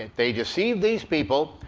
they deceive these people,